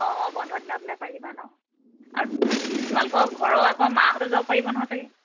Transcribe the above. অঁ অঁ বন্ধ দিনত হ'লে পাৰিবা নহ্ আৰু তোমালোকৰ ঘৰৰ আকৌ মাহঁতো যাব পাৰিব নহয় চাগে